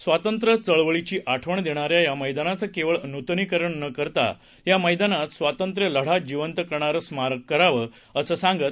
स्वातंत्र्य चळवळीची आठवण देणाऱ्या या मैदानाचं केवळ नुतनीकरण न करता या मैदानात स्वातंत्र्यलढा जिवंत करणारं स्मारक करावं असं सांगत